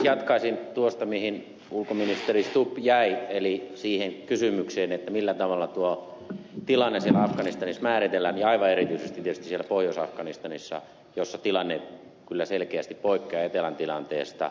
jatkaisin tuosta mihin ulkoministeri stubb jäi eli siitä kysymyksestä millä tavalla tuo tilanne siellä afganistanissa määritellään ja aivan erityisesti tietysti siellä pohjois afganistanissa missä tilanne kyllä selkeästi poikkeaa etelän tilanteesta